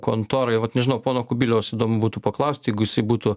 kontorai vat nežinau pono kubiliaus įdomu būtų paklausti jeigu jisai būtų